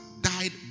died